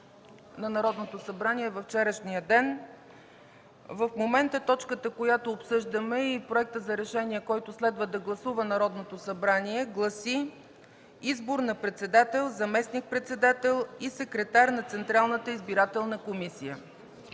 на Народното събрание във вчерашния ден, в момента точката, която обсъждаме и проекта за решение, който следва да гласува Народното събрание, гласи: Избор на председател, заместник-председател и секретар на Централната избирателна комисия.